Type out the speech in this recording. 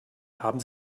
haben